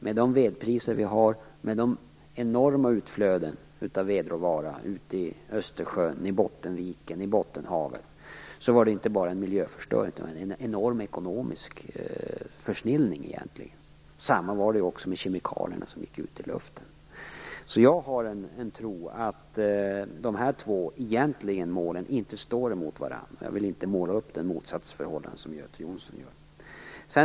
Med de vedpriser vi har och med de enorma utflöden av vedråvara i Östersjön, i Bottenviken, i Bottenhavet var det inte bara en miljöförstöring, det var egentligen en enorm ekonomisk försnillning. Samma sak var det också med kemikalierna som gick ut i luften. Jag har en tro, att de här två målen egentligen inte står emot varandra. Jag vill inte måla upp det motsatsförhållande som Göte Jonsson gör.